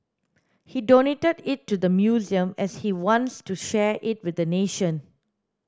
he donated it to the museum as he wants to share it with the nation